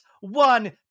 One